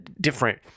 different